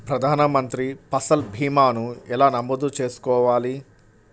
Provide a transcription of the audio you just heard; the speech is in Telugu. ప్రధాన మంత్రి పసల్ భీమాను ఎలా నమోదు చేసుకోవాలి?